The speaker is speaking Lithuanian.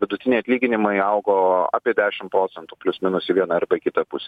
vidutiniai atlyginimai augo apie dešim procentų plius minus į viena arba į kitą pusę